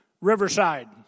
Riverside